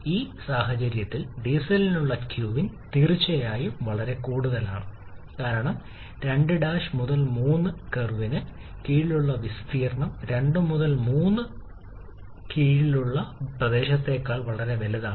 ഈ പ്രത്യേക സാഹചര്യത്തിൽ ഡീസലിനുള്ള ക്വിൻ തീർച്ചയായും വളരെ കൂടുതലാണ് കാരണം 2' 3 കർവിന് കീഴിലുള്ള വിസ്തീർണ്ണം 2 3 വക്രത്തിന് കീഴിലുള്ള പ്രദേശത്തേക്കാൾ വളരെ വലുതാണ്